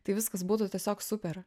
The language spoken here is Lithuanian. tai viskas būtų tiesiog super